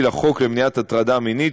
לחוק למניעת הטרדה מינית,